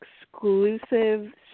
exclusive